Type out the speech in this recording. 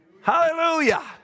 Hallelujah